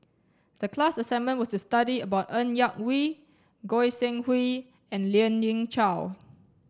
the class assignment was to study about Ng Yak Whee Goi Seng Hui and Lien Ying Chow